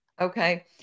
Okay